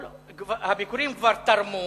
הביקורים כבר תרמו